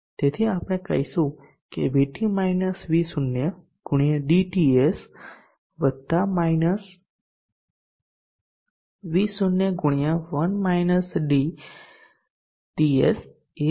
તેથી આપણે કહીશું કે VT માઈનસ V0 ગુણ્યા dTS માઈનસ V0xTS એ 0 ની બરાબર હોવી જોઈએ